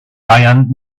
bayern